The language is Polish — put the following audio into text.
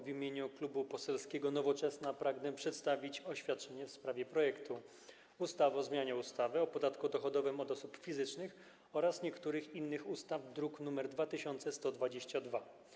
W imieniu Klubu Poselskiego Nowoczesna pragnę przedstawić oświadczenie w sprawie projektu ustawy o zmianie ustawy o podatku dochodowym od osób fizycznych oraz niektórych innych ustaw, druk nr 2122.